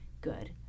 good